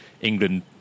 england